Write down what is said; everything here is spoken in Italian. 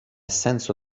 senso